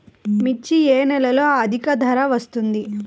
మిర్చి ఏ నెలలో అధిక ధర వస్తుంది?